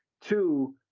Two